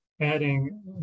adding